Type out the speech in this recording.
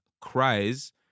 cries